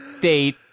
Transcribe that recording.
date